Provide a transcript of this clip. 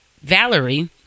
Valerie